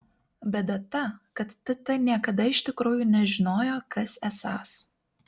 bėda ta kad tt niekada iš tikrųjų nežinojo kas esąs